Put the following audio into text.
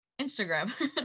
Instagram